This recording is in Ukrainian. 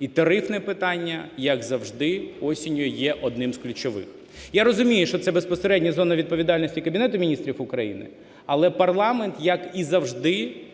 і тарифне питання, як завжди осінню, є одним з ключовим. Я розумію, що це безпосередньо зона відповідальності Кабінету Міністрів України, але парламент, як і завжди,